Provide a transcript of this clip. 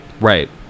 Right